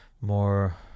more